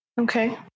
Okay